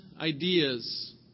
ideas